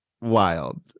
Wild